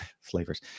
flavors